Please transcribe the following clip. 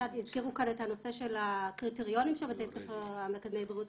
הזכירו כאן את הנושא של הקריטריונים של בתי ספר מקדמי בריאות,